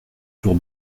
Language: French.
tour